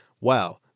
wow